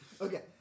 Okay